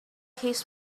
his